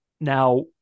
now